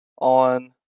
on –